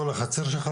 לא לחצר שלך,